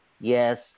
yes